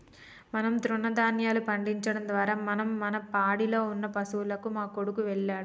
మనం తృణదాన్యాలు పండించడం ద్వారా మనం మన పాడిలో ఉన్న పశువులకు మా కొడుకు వెళ్ళాడు